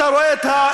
אתה רואה את הדגל.